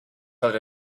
held